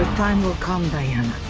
time will come, diana.